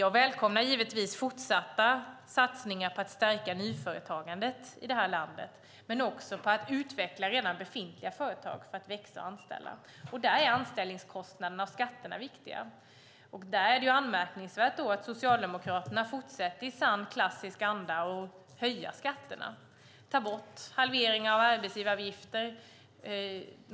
Jag välkomnar givetvis fortsatta satsningar på att stärka nyföretagandet i detta land men också att man utvecklar redan befintliga företag till att växa och anställa. Där är anställningskostnaderna och skatterna viktiga. Det är anmärkningsvärt att Socialdemokraterna fortsätter att i sann klassisk anda föreslå att man ska höja skatterna och ta bort halvering av arbetsgivaravgifter.